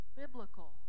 biblical